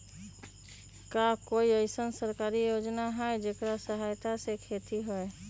का कोई अईसन सरकारी योजना है जेकरा सहायता से खेती होय?